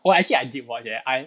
well actually I did watch leh I